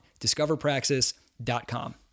Discoverpraxis.com